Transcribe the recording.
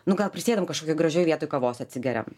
nu gal prisėdam kažkokioj gražioj vietoj kavos atsigeriam